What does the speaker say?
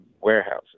warehouses